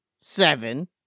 seven